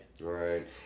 Right